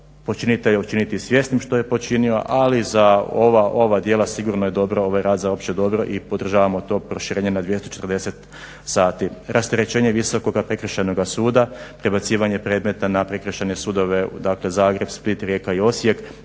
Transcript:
počinitelja učiniti svjesnim što je počinio. Ali za ova djela sigurno je dobro ovaj rad za opće dobro i podržavamo to proširenje na 240 sati. Rasterećenje Visokoga prekršajnoga suda, prebacivanje predmeta na prekršajne sudove dakle Zagreb, Split, Rijeka i Osijek